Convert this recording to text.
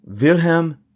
Wilhelm